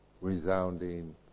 resounding